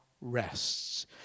rests